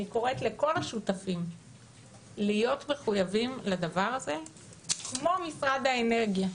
אני קוראת לכל השותפים להיות מחויבים לדבר הזה כמו משרד האנרגיה,